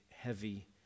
heavy